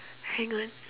hang on